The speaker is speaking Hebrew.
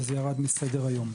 וזה ירד מסדר היום.